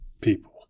people